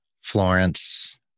Florence